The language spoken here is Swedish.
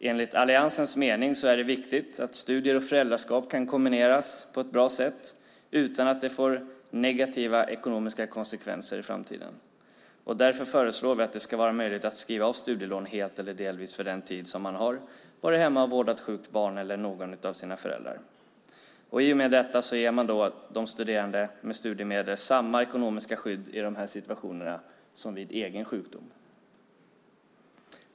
Enligt Alliansens mening är det viktigt att studier och föräldraskap kan kombineras på ett bra sätt utan att det får negativa ekonomiska konsekvenser i framtiden. Därför föreslår vi att det ska vara möjligt att skriva av studielån helt eller delvis för den tid man har varit hemma och vårdat sjukt barn eller någon av sina föräldrar. I och med detta ger man studerande med studiemedel samma ekonomiska skydd i dessa situationer som vid egen sjukdom.